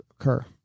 occur